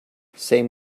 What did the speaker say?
same